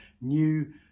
new